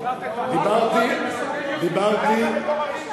ראש הממשלה לא ביקש,